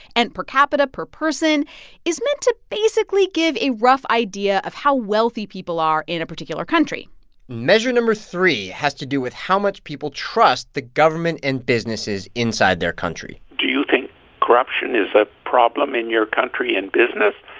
and per capita, per person is meant to basically give a rough idea of how wealthy people are in a particular country measure no. three has to do with how much people trust the government and businesses inside their country do you think corruption is a problem in your country in business,